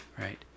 right